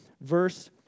verse